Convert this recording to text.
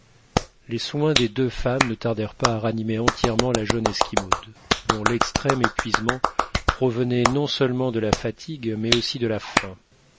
les soins des deux femmes ne tardèrent pas à ranimer entièrement la jeune esquimaude dont l'extrême épuisement provenait non seulement de la fatigue mais aussi de la faim